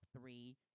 three